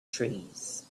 trees